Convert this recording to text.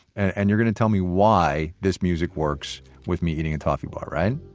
and you're going to tell me why this music works with me eating and talking about, right?